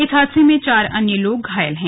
इस हादसे में चार अन्य लोग घायल हैं